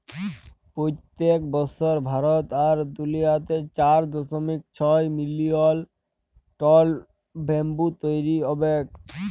পইত্তেক বসর ভারত আর দুলিয়াতে চার দশমিক ছয় মিলিয়ল টল ব্যাম্বু তৈরি হবেক